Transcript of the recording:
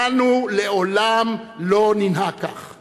אנו לעולם לא ננהג כך.